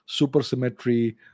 supersymmetry